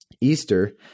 Easter